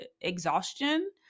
exhaustion